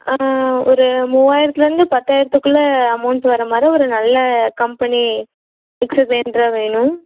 ஒரு மூவாயிரத்துலேருந்து பத்தாயிரத்துக்குள்ளே அமௌண்ட் வர மாதிரி ஒரு நல்ல கம்பெனி மிக்ஸர் கிரைண்ட்ராக வேணும்